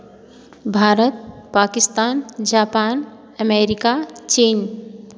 Bharat Pakistan Japan America चीन